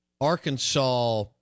Arkansas